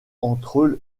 entre